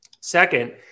Second